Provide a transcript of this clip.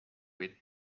with